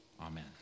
Amen